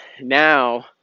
now